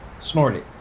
Snorty